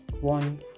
one